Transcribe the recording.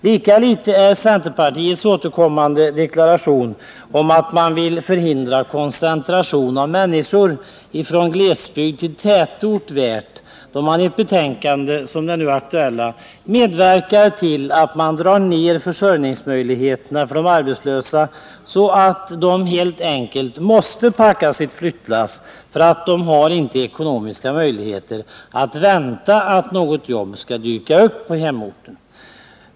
Lika litet är centerpartiets återkommande deklaration om att det vill hindra koncentration av människor från glesbygd till tätort värd, då centerpartiet i ett betänkande som det nu aktuella medverkar till att försämra försörjningsmöjligheterna för de arbetslösa, så att de helt enkelt måste packa sitt flyttlass, därför att de inte har ekonomiska möjligheter att vänta att något jobb skall dyka upp på hemorten.